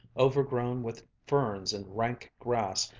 overgrown with ferns and rank grass,